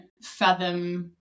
fathom